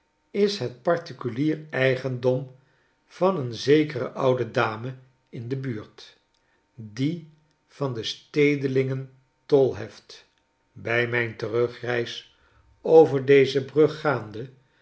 is het particulier eigendom van een zekere oude dame in de buurt die van de stedelingen tol heft bij mijn terugreis over deze brug gaande